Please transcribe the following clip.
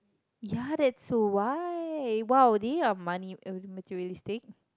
yeah that's so why !wow! they are money materialistic